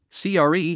CRE